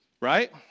Right